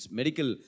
medical